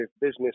business